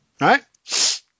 right